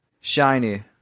shiny